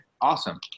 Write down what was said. Awesome